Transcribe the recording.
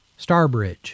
Starbridge